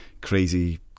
crazy